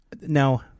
Now-